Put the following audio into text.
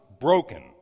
broken